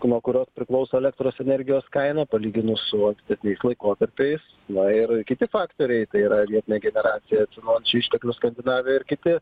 nuo kurios priklauso elektros energijos kaina palyginus su ankstesniais laikotarpiais na ir kiti faktoriai tai yra vietinė generacija atsinaujinančių išteklių skandinavijoj ir kiti